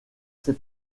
ses